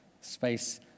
space